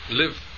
live